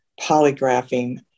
polygraphing